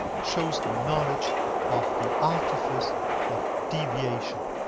shows knowledge of the artifice of deviation.